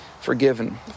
forgiven